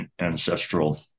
ancestral